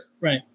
Right